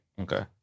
Okay